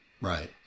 right